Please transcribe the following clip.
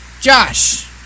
Josh